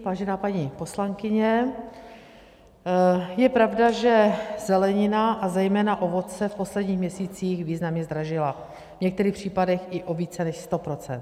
Vážená paní poslankyně, je pravda, že zelenina a zejména ovoce v posledních měsících významně zdražily, v některých případech i o více než sto procent.